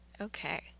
Okay